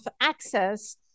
access